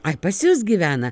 ai pas jus gyvena